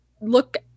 look